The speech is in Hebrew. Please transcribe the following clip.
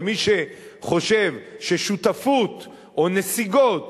ומי שחושב ששותפות או נסיגות